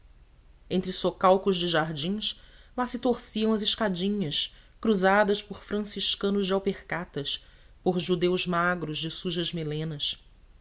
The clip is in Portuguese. doçura entre socalcos de jardins lá se torciam as escadinhas cruzadas por franciscanos de alpercatas por judeus magros de sujas melenas